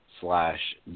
slash